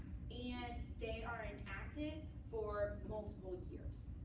and they are enacted for multiple years.